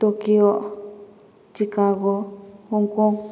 Tokyo Chicago Hong Kong